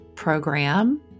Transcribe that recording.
program